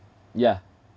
yeah